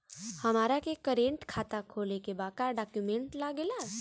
हमारा के करेंट खाता खोले के बा का डॉक्यूमेंट लागेला?